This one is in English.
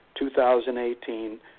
2018